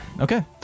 Okay